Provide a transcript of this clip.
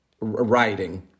writing